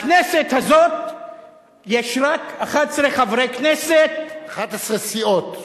בכנסת הזאת ישנם רק 11 חברי כנסת, 11 סיעות.